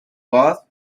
was